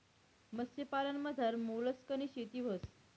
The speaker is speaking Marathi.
मत्स्यपालनमझार मोलस्कनी शेती व्हस